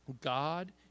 God